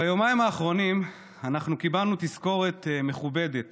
ביומיים האחרונים אנחנו קיבלנו תזכורת מכובדת